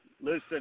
Listen